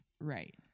Right